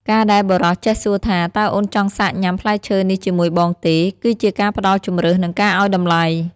ការដែលបុរសចេះសួរថា "តើអូនចង់សាកញ៉ាំផ្លែឈើនេះជាមួយបងទេ?" គឺជាការផ្ដល់ជម្រើស និងការឱ្យតម្លៃ។